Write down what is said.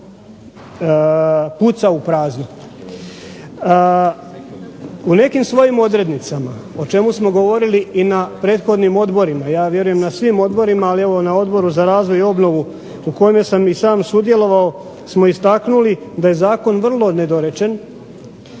U nekim svojim odrednicama o čemu smo govorili na prethodnim odborima, ja vjerujem na svim odborima ali na Odboru za razvoj i obnovu na kojem sam sam sudjelovao smo istaknuli da je Zakon vrlo nedorečen,